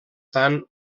tant